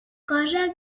cosa